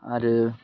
आरो